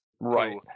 Right